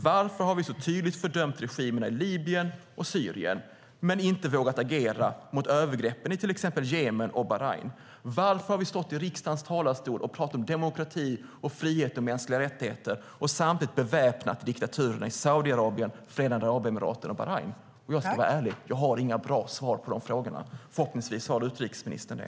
Varför har vi så tydligt fördömt regimerna i Libyen och Syrien men inte vågat agera mot övergreppen i till exempel Jemen och Bahrain? Varför har vi sått i riksdagens talarstol och talat om demokrati, frihet och mänskliga rättigheter och samtidigt beväpnat diktaturerna i Saudiarabien, Förenade Arabemiraten och Bahrain? Jag ska vara ärlig: Jag har inga bra svar på dessa frågor. Förhoppningsvis har utrikesministern det.